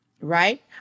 right